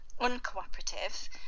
uncooperative